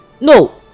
no